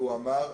והוא אמר: